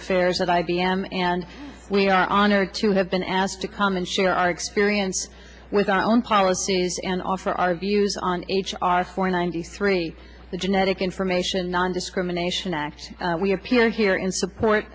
affairs at i b m and we are honored to have been asked to come and share our experience with our own policies and offer our views on h r four ninety three the genetic information nondiscrimination act we appear here in support